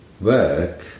work